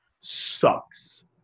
sucks